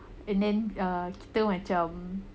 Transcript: and then kita macam